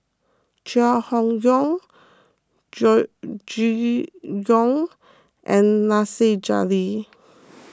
Chai Hon Yoong Yong and Nasir Jalil